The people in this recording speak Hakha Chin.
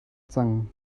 cang